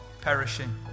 perishing